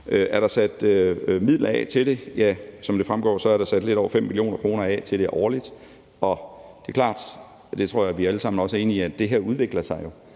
Er der sat midler af til det? Ja, som det fremgår, er der sat lidt over 5 mio. kr. af til det årligt. Det er klart – det tror jeg vi alle sammen er enige om – at det her udvikler sig, og